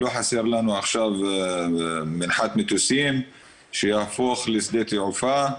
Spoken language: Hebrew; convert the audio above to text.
לא חסר לנו עכשיו מנחת מטוסים שיהפוך לשדה תעופה,